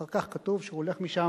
אחר כך כתוב שהוא הולך משם